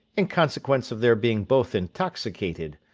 in consequence of their being both intoxicated,